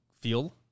feel